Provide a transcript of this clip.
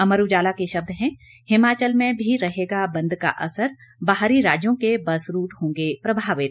अमर उजाला के शब्द हैं हिमाचल में भी रहेगा बंद का असर बाहरी राज्यों के बस रूट होंगे प्रभवित